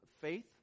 faith